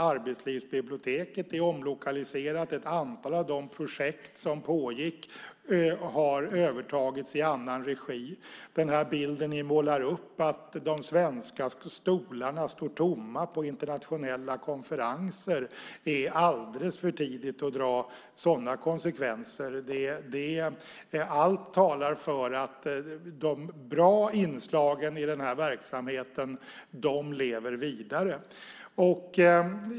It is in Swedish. Arbetslivsbiblioteket är omlokaliserat. Ett antal av de projekt som pågick har övertagits i annan regi. Ni målar upp en bild av att de svenska stolarna står tomma på internationella konferenser, men det är alldeles för tidigt att dra sådana slutsatser. Allt talar för att de goda inslagen i den här verksamheten lever vidare.